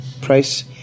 price